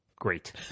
great